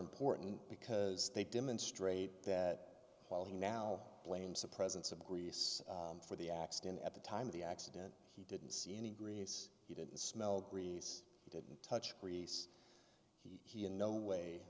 important because they demonstrate that while he now blames the presence of grease for the accident at the time of the accident he didn't see any grease he didn't smell grease didn't touch grease he in no way